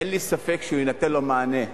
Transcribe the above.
אין לי ספק שיינתן לה מענה.